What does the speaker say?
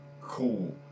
cool